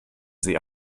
sie